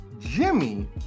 Jimmy